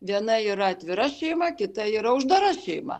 viena yra atvira šeima kita yra uždara šeima